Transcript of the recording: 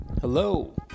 Hello